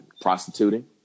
prostituting